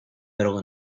middle